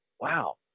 wow